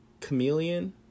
chameleon